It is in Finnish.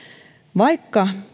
vaikka